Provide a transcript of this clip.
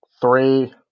three